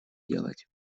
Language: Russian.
делать